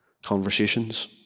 conversations